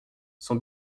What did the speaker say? son